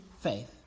faith